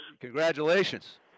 Congratulations